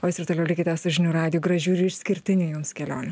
o jūs ir toliau likite su žinių radiju gražių ir išskirtinių jums kelionių